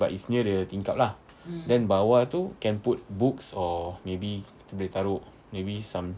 but it's near the tingkap lah then bawah tu can put books or maybe kita boleh taruk maybe some